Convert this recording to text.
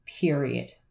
Period